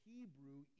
Hebrew